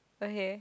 okay